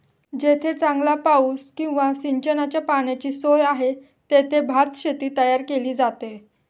जेथे चांगला पाऊस किंवा सिंचनाच्या पाण्याची सोय आहे, तेथे भातशेती तयार केली जाते